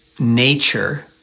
nature